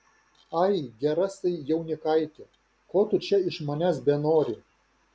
ai gerasai jaunikaiti ko tu čia iš manęs benori